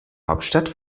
hauptstadt